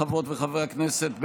חברות וחברי הכנסת,